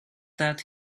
that